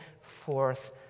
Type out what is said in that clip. forth